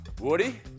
Woody